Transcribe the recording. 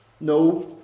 No